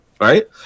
right